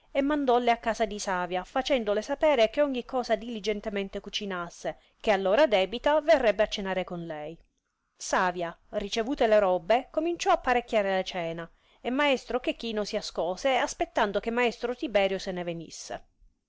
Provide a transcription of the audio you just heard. e mandoue a casa di savia facendole sapere che ogni cosa diligentemente cucinasse che all ora debita verrebbe a cenare con lei savia ricevute le robbe cominciò apparecchiare la cena e maestro chechino si ascose aspettando che maestro tiberio se ne venisse